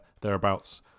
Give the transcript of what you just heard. thereabouts